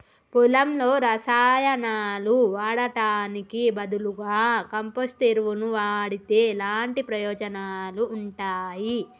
పొలంలో రసాయనాలు వాడటానికి బదులుగా కంపోస్ట్ ఎరువును వాడితే ఎలాంటి ప్రయోజనాలు ఉంటాయి?